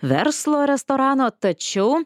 verslo restorano tačiau